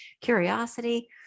curiosity